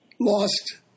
lost